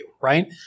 right